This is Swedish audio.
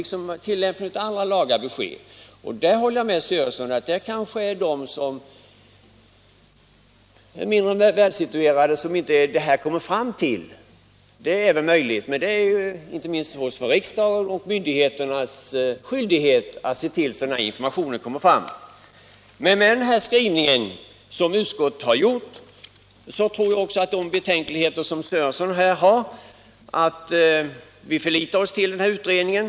Jag håller med herr Sörenson om att det kanske är just de mindre välsituerade som inte nås av informationen i sådana här frågor. Det är inte minst riksdagens och myndigheternas skyldighet att se till att denna information kommer fram. Men med den skrivning utskottet gjort tror vi att man kan bortse från de betänkligheter som herr Sörenson har. Vi förlitar oss på den här utredningen.